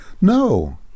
No